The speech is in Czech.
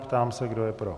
Ptám se, kdo je pro?